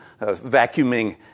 vacuuming